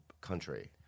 country